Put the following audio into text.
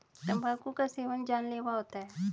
तंबाकू का सेवन जानलेवा होता है